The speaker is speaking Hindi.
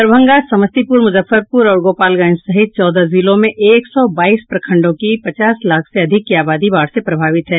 दरभंगा समस्तीपुर मुजफ्फरपुर और गोपालगंज सहित चौदह जिलों के एक सौ बाईस प्रखंडों की पचास लाख से अधिक की आबादी बाढ़ से प्रभावित है